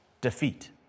defeat